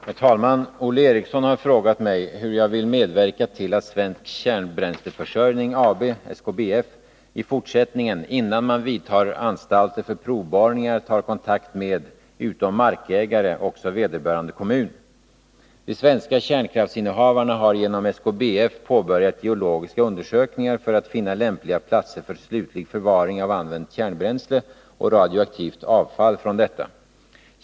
Herr talman! Olle Eriksson har frågat mig hur jag vill medverka till att Svensk Kärnbränsleförsörjning AB i fortsättningen, innan man vidtar anstalter för provborrningar, tar kontakt med, utom markägare, också vederbörande kommun. De svenska kärnkraftsinnehavarna har genom SKBF påbörjat geologiska undersökningar för att finna lämpliga platser för slutlig förvaring av använt kärnbränsle och radioaktivt avfall från detta.